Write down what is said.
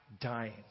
dying